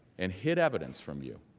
and hid evidence from you